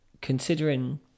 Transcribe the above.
considering